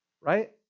right